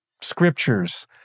scriptures